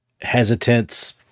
hesitance